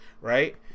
right